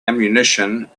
ammunition